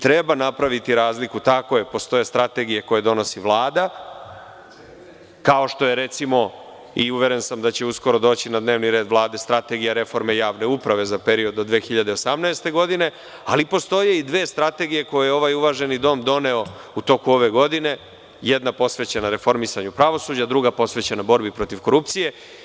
Treba napraviti razliku, tako je, postoje strategije koje donosi Vlada kao što je recimo, uveren sam da će uskoro doći na dnevni red, Strategija Vlade reforme javne uprave za period do 2018. godine, ali postoje i dve strategije koje je ovaj uvaženi dom doneo u toku ove godine, jedan posvećena reformisanju pravosuđa, druga posvećena borbi protiv korupcije.